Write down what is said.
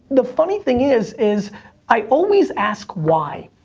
the funny thing is, is i always ask why.